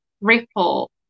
ripple